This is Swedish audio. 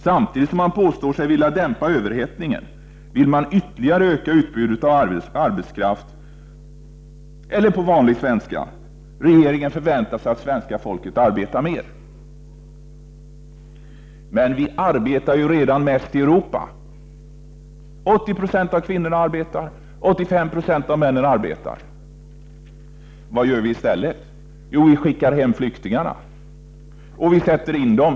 Samtidigt som regeringen påstår sig vilja dämpa överhettningen vill den ytterligare öka utbudet av arbetskraft, eller på vanlig svenska — regeringen förväntar sig att svenska folket arbetar mer. Men vi i Sverige arbetar ju redan mest i Europa. 80 20 av kvinnorna arbetar och 85 76 av männen. Vad gör vi istället? Jo, vi skickar hem flyktingarna eller låser in dem.